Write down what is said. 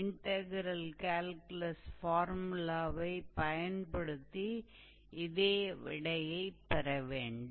integral calculus ஃபார்முலாவைப் பயன்படுத்தி இதே விடையைப் பெற வேண்டும்